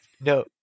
No